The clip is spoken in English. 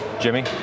Jimmy